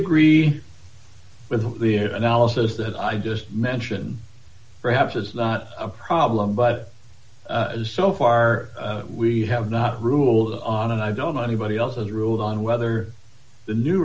agree with the analysis that i just mentioned perhaps it's not a problem but so far we have not ruled on and i don't know anybody else's rules on whether the new